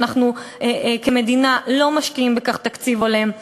שאנחנו כמדינה לא משקיעים בכך תקציב הולם,